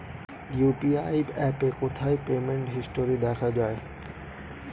UPI অ্যাপে কোথায় payment history দেখা যায়?